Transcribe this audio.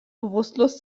bewusstlos